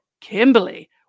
Kimberly